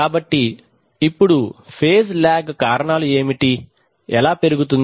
కాబట్టి ఇప్పుడు phase lag కారణాలు ఏమిటి ఎలా పెరుగుతుంది